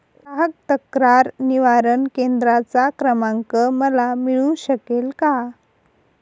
ग्राहक तक्रार निवारण केंद्राचा क्रमांक मला मिळू शकेल का?